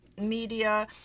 media